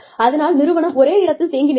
அதனால் நிறுவனம் ஒரே இடத்தில் தேங்கி நிற்காது